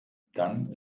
dann